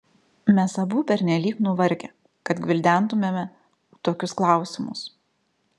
mes abu pernelyg nuvargę kad gvildentumėme tokius klausimus